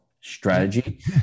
Strategy